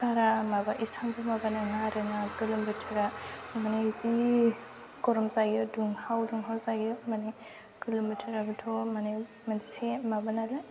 बारा माबा एसांबो माबा नङा आरो ना गोलोम बोथोरा माने जि गरम जायो दुंहाव दुंहाव जायो माने गोलोम बोथोरावथ' माने मोनसे माबा नालाय